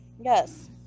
Yes